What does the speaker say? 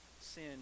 Sin